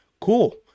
cool